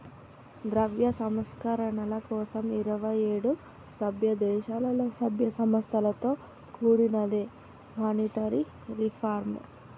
ద్రవ్య సంస్కరణల కోసం ఇరవై ఏడు సభ్యదేశాలలో, సభ్య సంస్థలతో కూడినదే మానిటరీ రిఫార్మ్